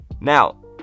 Now